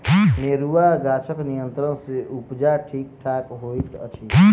अनेरूआ गाछक नियंत्रण सँ उपजा ठीक ठाक होइत अछि